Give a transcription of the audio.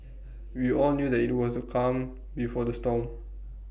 we all knew that IT was the calm before the storm